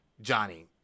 Johnny